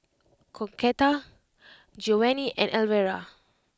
Concetta Geovanni and Alvera